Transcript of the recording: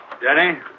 Denny